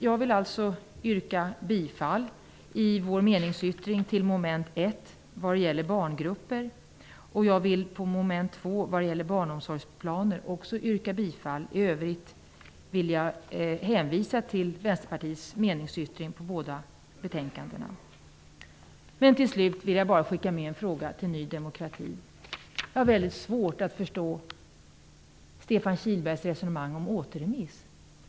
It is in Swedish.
Jag vill alltså yrka bifall till mom. 1 om barngrupper och mom. 2 om barnomsorgsplaner i vår meningsyttring till socialutskottets betänkande 29. I övrigt vill jag hänvisa till Vänsterpartiets meningsyttring i båda betänkandena. Till slut vill jag skicka med en fråga till Ny demokrati. Jag har väldigt svårt att förstå Stefan Kihlbergs resonemang om återremiss.